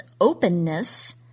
openness